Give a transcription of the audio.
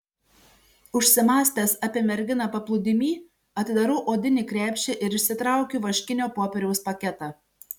užsimąstęs apie merginą paplūdimy atidarau odinį krepšį ir išsitraukiu vaškinio popieriaus paketą